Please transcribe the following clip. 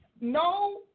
no